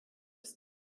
ist